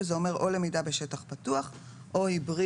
שזה אומר או למידה בשטח פתוח או היברידית,